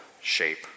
shape